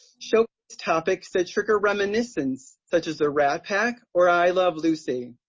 showcase topics that trigger reminiscence, such as the rat pack or i love lucy.